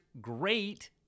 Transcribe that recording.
great